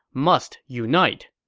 must unite.